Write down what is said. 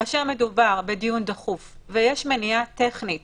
כאשר מדובר בדיון דחוף ויש מניעה טכנית